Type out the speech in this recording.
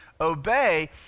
obey